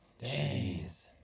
Jeez